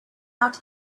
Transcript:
out